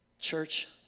Church